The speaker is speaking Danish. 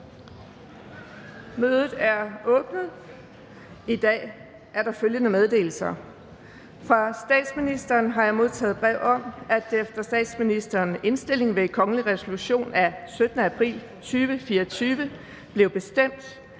Mødet er åbnet. I dag er der følgende meddelelse: Fra statsministeren har jeg modtaget brev om, at det efter statsministerens indstilling ved kongelig resolution af 17. april 2024 blev bestemt,